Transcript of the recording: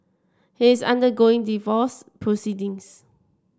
he is undergoing divorce proceedings